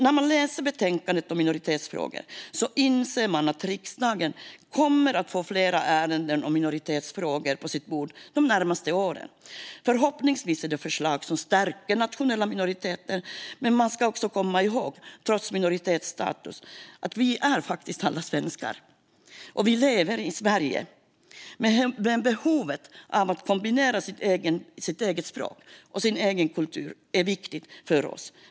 När man läser betänkandet om minoritetsfrågor inser man att riksdagen kommer att få flera ärenden om dessa frågor på sitt bord de närmaste åren. Förhoppningsvis är det förslag som stärker nationella minoriteter. Man ska dock komma ihåg att trots minoritetsstatus är vi alla svenskar, och vi lever i Sverige. Men behovet att få kombinera sitt eget språk och sin egen kultur med detta är viktigt för oss.